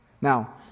Now